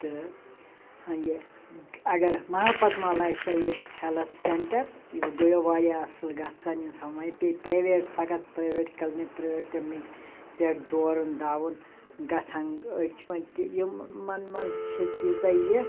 تہٕ ٲں یہِ اگر مَحلہٕ پَتہٕ مَحلہ آسہِ ہا یہِ ہیٚلٕتھ سیٚنٹر یہِ گیٚیو واریاہ اصٕل گَژھہٕ ہَن اِنسان وۄنۍ پیٚے پرٛایویٹ فقط پرٛایویٹ کلٕنک پرٛایویٹ تمنٕے پٮ۪ٹھ دورُن دَوُن گَژھان ٲں أڑۍ چھِ وۄنۍ تِم یِمَن مَنٛز چھِ تۭژاہ یہِ